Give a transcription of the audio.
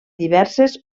diverses